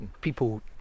people